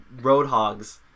roadhogs